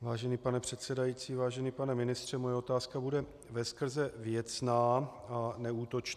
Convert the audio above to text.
Vážený pane předsedající, vážený pane ministře, moje otázka bude veskrze věcná a neútočná.